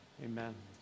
amen